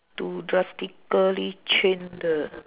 to drastically change the